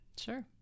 Sure